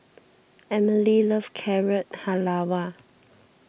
Emely loves Carrot Halwa